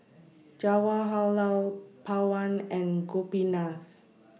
Jawaharlal Pawan and Gopinath